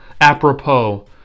apropos